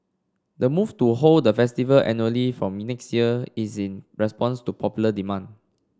the move to hold the festival annually from me next year is in response to popular demand